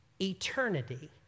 eternity